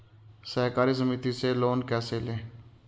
सहकारी समिति से लोन कैसे लें?